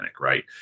right